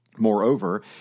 Moreover